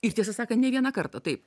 ir tiesą sakant ne vieną kartą taip